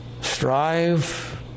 strive